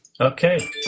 Okay